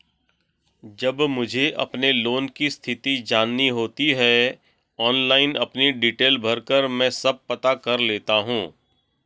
जब मुझे अपने लोन की स्थिति जाननी होती है ऑनलाइन अपनी डिटेल भरकर मन सब पता कर लेता हूँ